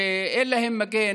שאין להם מגן,